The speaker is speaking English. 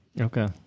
Okay